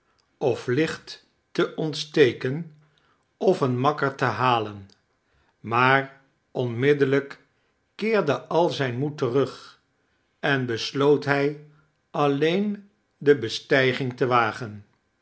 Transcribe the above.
of licht te ontsteken of een makker te halen maar onmiddellijk keerde al zijn moed terug en besloot hij alleen de bestijging te wagen